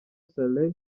saleh